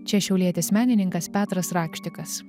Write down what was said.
čia šiaulietis menininkas petras rakštikas